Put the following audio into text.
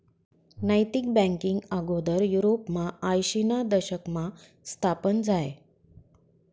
नैतिक बँकींग आगोदर युरोपमा आयशीना दशकमा स्थापन झायं